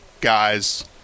guys